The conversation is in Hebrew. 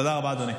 תודה רבה, אדוני.